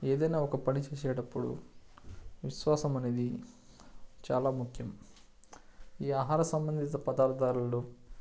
ఏదైనా ఒక పని చేసేటప్పుడు విశ్వాసం అనేది చాలా ముఖ్యం ఈ ఆహార సంబంధిత పదార్థాలలో